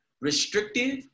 restrictive